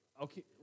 okay